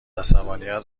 عصبانیت